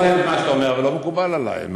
אני אעשה את מה שאתה אומר, אבל לא מקובל עלי.